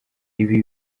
ibi